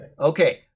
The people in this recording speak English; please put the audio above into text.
okay